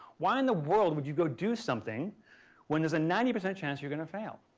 why in the world would you go do something when there's a ninety percent chance you're going to fail?